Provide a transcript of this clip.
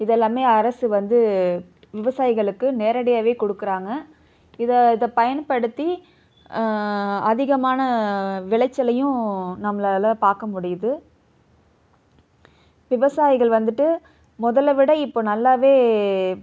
இதெல்லாமே அரசு வந்து விவசாயிகளுக்கு நேரடியாகவே கொடுக்குறாங்க இதை இதை பயன்படுத்தி அதிகமான விளைச்சலையும் நம்மளால் பார்க்க முடியுது விவசாயிகள் வந்துட்டு முதல விட இப்போ நல்லாவே